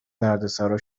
دردسرا